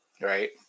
Right